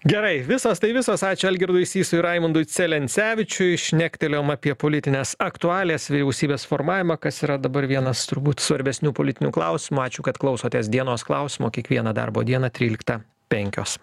gerai visos tai visos ačiū algirdui sysui raimundui celencevičiui šnektelėjom apie politines aktualijas vyriausybės formavimą kas yra dabar vienas turbūt svarbesnių politinių klausimų ačiū kad klausotės dienos klausimo kiekvieną darbo dieną tryliktą penkio